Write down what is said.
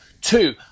Two